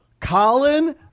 Colin